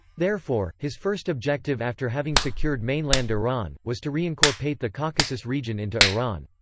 therefore, his first objective after having secured mainland iran, was to reincorpate the caucasus region into iran.